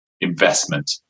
investment